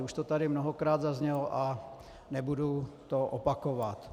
Už to tady mnohokrát zaznělo a nebudu to opakovat.